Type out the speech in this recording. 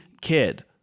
kid